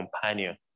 companion